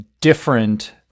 different